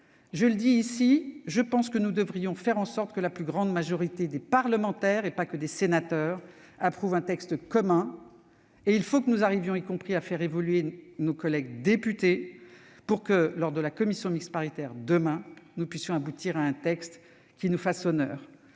le Sénat. Je pense que nous devrions faire en sorte que la plus grande majorité des parlementaires, et pas seulement des sénateurs, approuve un texte commun. Il faut que nous arrivions à faire évoluer nos collègues députés pour que, demain, la commission mixte paritaire aboutisse à un texte qui nous fasse honneur.